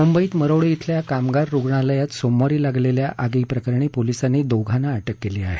मुंबईत मरोळ अल्या कामगार रुग्णालयात सोमवारी लागलेल्या आगी प्रकरणी पोलिसांनी दोन जणांना अटक केली आहे